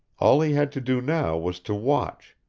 all he had to do now was to watch,